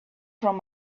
from